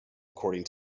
according